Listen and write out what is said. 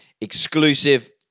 exclusive